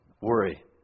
Worry